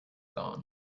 gone